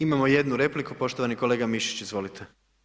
Imamo jednu repliku, poštovani kolega Mišić, izvolite.